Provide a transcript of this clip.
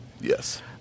Yes